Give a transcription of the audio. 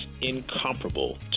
incomparable